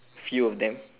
few of them